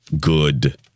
good